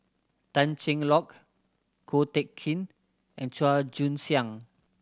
Tan Cheng Lock Ko Teck Kin and Chua Joon Siang